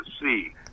see